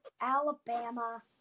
Alabama